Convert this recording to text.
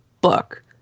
book